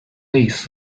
类似